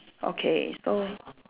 okay so